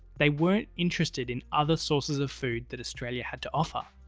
they weren't interested in other sources of food that australia had to offer,